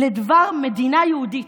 לדבר מדינה יהודית.